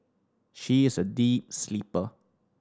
she is a deep sleeper